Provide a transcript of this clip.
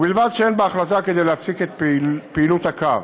ובלבד שאין בהחלטה כדי להפסיק את פעילות הקו.